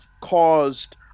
caused